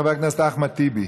חבר הכנסת אחמד טיבי,